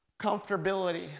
comfortability